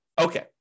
Okay